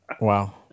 Wow